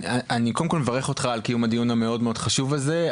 אני קודם כל מברך אותך על קיום הדיון המאוד חשוב הזה.